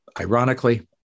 ironically